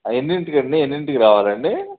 ఎన్నింటికండి ఎన్నింటికి రావాలండి